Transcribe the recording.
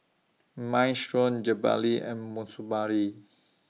Minestrone Jalebi and